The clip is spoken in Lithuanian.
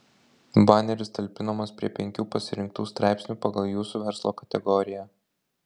baneris talpinamas prie penkių pasirinktų straipsnių pagal jūsų verslo kategoriją